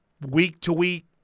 week-to-week